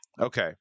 okay